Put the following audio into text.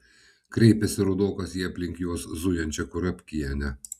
kreipėsi rudokas į aplink juos zujančią kurapkienę